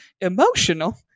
emotional